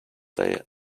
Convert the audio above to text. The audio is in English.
day